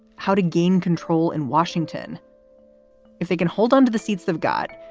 how to gain control in washington if they can hold onto the seats they've got.